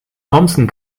thomson